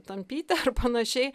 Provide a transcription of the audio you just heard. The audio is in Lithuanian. tampyti ar panašiai